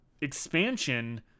expansion